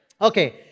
Okay